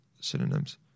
synonyms